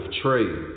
trade